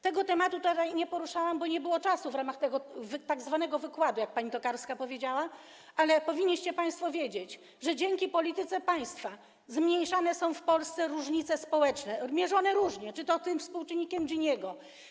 Tego tematu nie poruszałam, bo nie było czasu w ramach tzw. wykładu, jak pani Tokarska powiedziała, ale powinniście państwo wiedzieć, że dzięki polityce państwa zmniejszane są w Polsce różnice społeczne, które są mierzone różnie, czy to współczynnikiem Giniego.